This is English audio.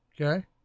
Okay